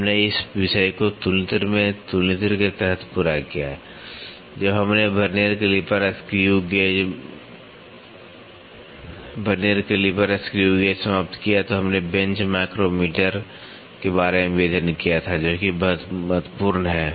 हमने इस विषय को तुलनित्र में तुलनित्र के तहत पूरा किया जब हमने वर्नियर कैलिपर स्क्रू गेज समाप्त किया तो हमने बेंच माइक्रोमीटर के बारे में भी अध्ययन किया जो कि बहुत महत्वपूर्ण है